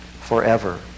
forever